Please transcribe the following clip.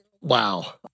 Wow